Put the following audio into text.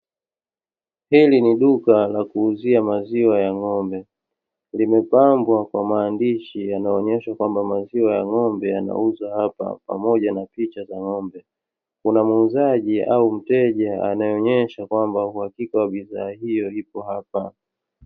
Hili ni duka la kuuzia maziwa ya ng'ombe, limepambwa kwa maandishi yanayoonyesha kwamba maziwa ya ng'ombe yanauzwa hapa, pamoja na picha za ng'ombe. Kuna muuzaji au mteja anayeonyesha kwamba uhakika wa bidhaa hiyo ipo hapa.